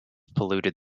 polluted